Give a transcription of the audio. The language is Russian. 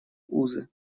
узы